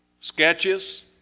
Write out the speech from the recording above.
sketches